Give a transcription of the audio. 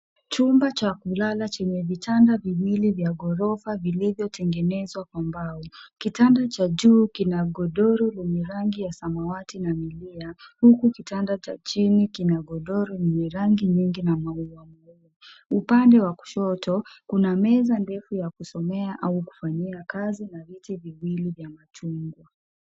Chumba cha kulala chenye vitanda viwili vya ghorofa vilivyotengenezwa kwa mbao. Kitanda cha juu kina godoro yenye rangi ya samawati na milia, huku kitanda cha chini kina godoro yenye rangi nyingi na maua maua. Upande wa kushoto, kuna meza ndefu ya kusomea au kufanyia kazi na viti viwili vya machungwa.